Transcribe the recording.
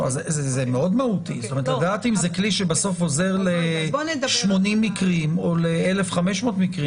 זה מהותי מאוד לדעת אם זה כלי שבסוף עוזר ל-80 מקרים או ל-1,500 מקרים.